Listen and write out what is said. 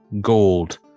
gold